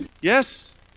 yes